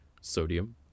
sodium